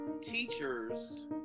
teachers